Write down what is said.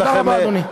תודה רבה, אדוני.